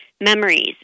memories